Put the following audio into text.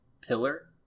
Pillar